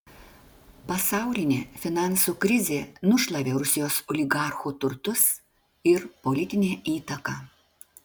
pasaulinė finansų krizė nušlavė rusijos oligarchų turtus ir politinę įtaką